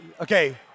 Okay